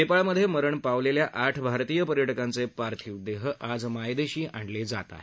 नेपाळमध्ये मरण पावलेल्या आठ भारतीय पर्यटकांचे पार्थिव देह आज मायदेशी आणले जात आहेत